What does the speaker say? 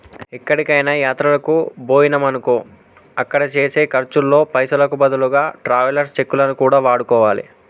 ఎక్కడికైనా యాత్రలకు బొయ్యినమనుకో అక్కడ చేసే ఖర్చుల్లో పైసలకు బదులుగా ట్రావెలర్స్ చెక్కులను కూడా వాడుకోవాలే